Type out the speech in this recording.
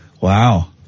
Wow